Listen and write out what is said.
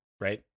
right